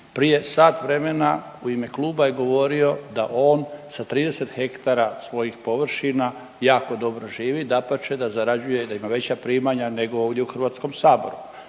Prije sat vremena u ime kluba je govorio da on sa 30 hektara svojih površina jako dobro živi, dapače, da zarađuje, da ima veća primanja nego ovdje u HS-u.